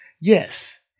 Yes